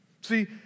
See